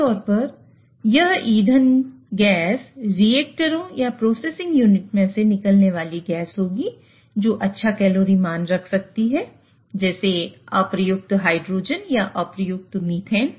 आमतौर पर यह ईंधन गैस रिएक्टरों या प्रोसेसिंग यूनिट में से निकलने वाली गैस होगी जो अच्छा कैलोरी मान रख सकती है जैसे अप्रयुक्त हाइड्रोजन या अप्रयुक्त मीथेन